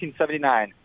1979